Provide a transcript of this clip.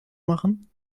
machen